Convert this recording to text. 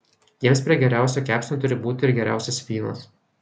jiems prie geriausio kepsnio turi būti ir geriausias vynas